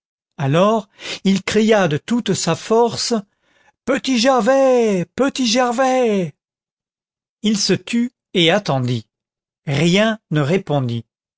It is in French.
alors il cria de toute sa force petit gervais petit gervais il se tut et attendit rien ne répondit